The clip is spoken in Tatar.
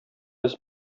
без